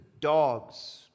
dogs